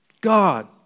god